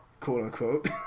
quote-unquote